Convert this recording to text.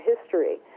history